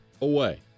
away